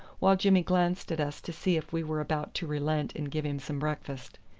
while jimmy glanced at us to see if we were about to relent and give him some breakfast.